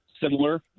similar